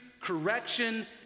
correction